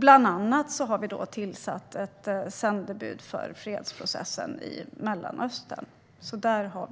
Bland annat har vi tillsatt ett sändebud för fredsprocessen i Mellanöstern. Det var